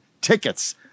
tickets